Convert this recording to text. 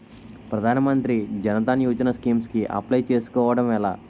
ప్రధాన మంత్రి జన్ ధన్ యోజన స్కీమ్స్ కి అప్లయ్ చేసుకోవడం ఎలా?